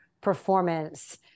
performance